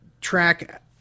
track